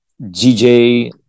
DJ